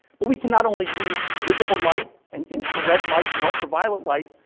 but we cannot only use visible light and infrared light and ultraviolet light,